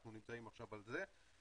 אנחנו נמצאים עכשיו על זה.